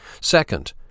Second